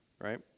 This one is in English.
right